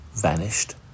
vanished